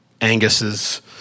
Angus's